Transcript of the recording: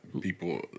people